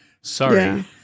sorry